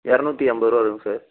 இரநூத்தி ஐம்பது ரூபா வருங்க சார்